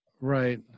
Right